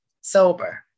sober